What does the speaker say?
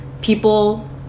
people